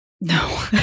No